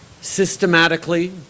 systematically